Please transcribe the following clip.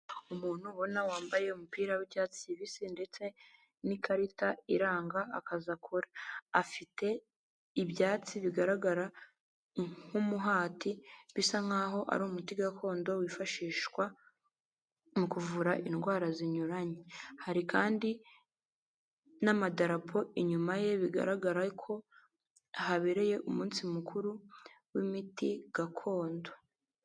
Umuntu ubona wambaye umupira w'ibyatsi kibisi ndetse n'ikarita iranga akazi akora afite ibyatsi bigaragara nk'umuhati bisa nk'aho ari umuti gakondo wifashishwa mu kuvura indwara zinyuranye hari kandi n'amadarapo inyuma ye bigaragara ko habereye umunsi mukuru w'imiti gakondo.